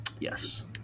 Yes